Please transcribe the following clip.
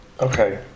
Okay